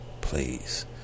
Please